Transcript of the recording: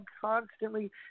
constantly